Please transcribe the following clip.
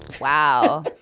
Wow